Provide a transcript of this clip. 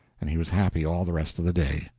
and he was happy all the rest of the day.